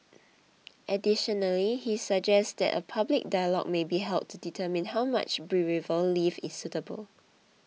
additionally he suggests that a public dialogue may be held to determine how much bereave leave is suitable